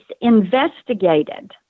investigated